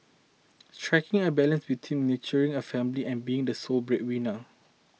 striking a balance between nurturing a family and being the sole breadwinner